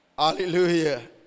Hallelujah